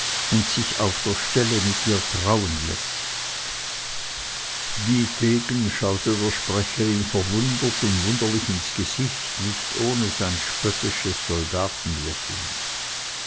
und sich auf der stelle mit ihr trauen läßt dietegen schaute der sprecherin verwundert und wunderlich ins gesicht nicht ohne sein spöttisches